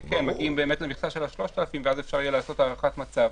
יגיעו למכסה של ה-3,000 ואז אפשר יהיה לעשות הערכת מצב.